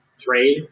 trade